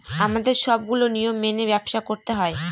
আমাদের সবগুলো নিয়ম মেনে ব্যবসা করতে হয়